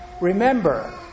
Remember